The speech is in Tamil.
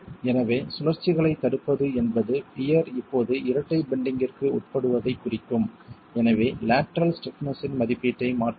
எனவே சுழற்சிகளைத் தடுப்பது என்பது பியர் இப்போது இரட்டை பெண்டிங்ற்கு உட்படுத்தப்படுவதைக் குறிக்கும் எனவே லேட்டரல் ஸ்டிப்னஸ் இன் மதிப்பீட்டை மாற்றுவோம்